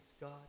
God